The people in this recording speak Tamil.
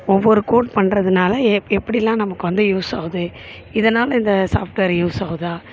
ஒவ்வொரு கோட் பண்ணுறதுனால எப் எப்படிலாம் நமக்கு வந்து யூஸ் ஆகுது இதனால் இந்த சாஃப்ட்வேர் யூஸ் ஆகுதா